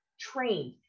trained